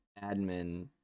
admin